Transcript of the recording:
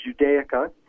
Judaica